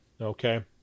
okay